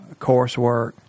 coursework